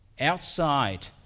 outside